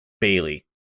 bailey